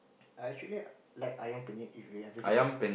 I actually like Ayam-Penyet if you ever heard of